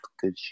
good